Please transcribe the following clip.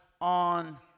on